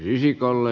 kiitos